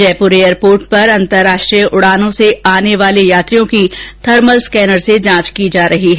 Jaipur airport पर अंतरराष्ट्रीय उडानों से आने वाले यात्रियों की थर्मल स्केनर से जांच की जा रही है